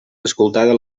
escoltada